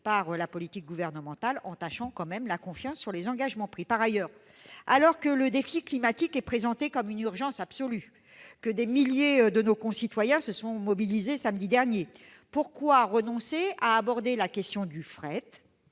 par la politique gouvernementale, ce qui entache la confiance dans les engagements pris. Par ailleurs, alors que répondre au défi climatique est présenté comme une urgence absolue et que des milliers de nos concitoyens se sont mobilisés samedi dernier, pourquoi renoncer à aborder la question du